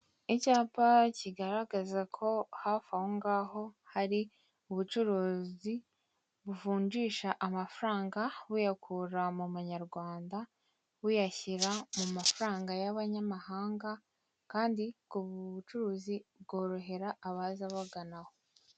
Icyapa kigaragaza ko hafi aho ngaho hari ubucuruzi buvunjisha amafaranga buyakura mumanyarwanda, buyashyira mumafaranga yabanyamahanga Kandi ubwo bucuruzi bworohera abaza babagana.